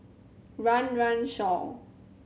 Run Run Shaw